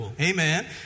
Amen